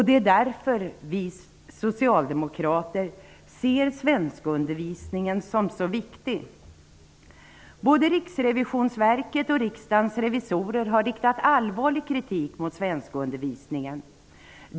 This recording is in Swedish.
Det är därför som vi socialdemokrater ser svenskundervisningen som så viktig. Både Riksrevisonsverket och Riksdagens revisorer har riktat allvarlig kritik mot svenskundervisningen.